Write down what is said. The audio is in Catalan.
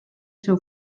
seu